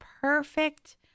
perfect